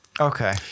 Okay